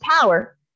power